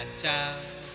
ciao